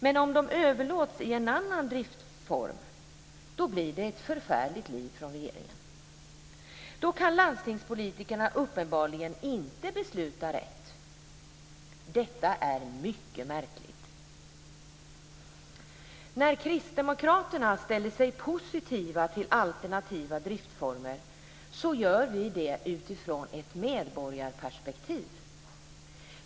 Men om sjukhusen överlåts i en annan driftform blir det ett förfärligt liv från regeringen. Då kan landstingspolitikerna uppenbarligen inte besluta rätt. Detta är mycket märkligt. När Kristdemokraterna ställer sig positiva till alternativa driftformer gör vi det utifrån ett medborgarperspektiv.